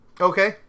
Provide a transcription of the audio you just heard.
Okay